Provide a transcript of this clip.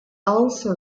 also